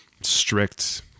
strict